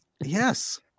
Yes